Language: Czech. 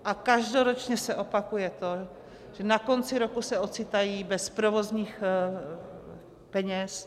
A každoročně se opakuje to, že na konci roku se ocitají bez provozních peněz.